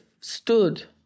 stood